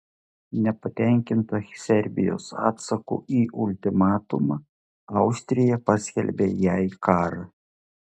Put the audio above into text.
nepatenkinta serbijos atsaku į ultimatumą austrija paskelbė jai karą